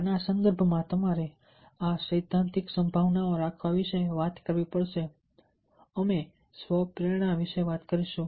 આના સંદર્ભમાં તમારે આ સૈદ્ધાંતિક સંભાવનાઓ રાખવા વિશે વાત કરવી પડશે અમે સ્વ પ્રેરણા વિશે વાત કરીશું